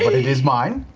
it is mine.